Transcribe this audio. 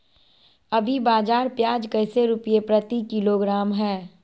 अभी बाजार प्याज कैसे रुपए प्रति किलोग्राम है?